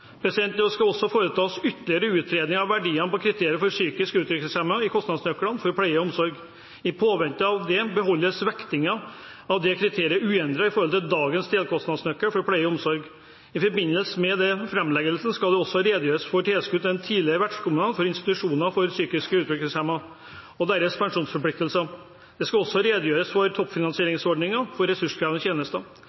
Det skal også foretas ytterligere utredninger av verdien på kriteriet for psykisk utviklingshemmede i kostnadsnøkkelen for pleie og omsorg. I påvente av det beholdes vektingen av dette kriteriet uendret opp mot dagens delkostnadsnøkkel for pleie og omsorg. I forbindelse med denne framleggelsen skal det også redegjøres for tilskudd til tidligere vertskommuner for institusjoner for psykisk utviklingshemmede og deres pensjonsforpliktelser. Det skal også redegjøres for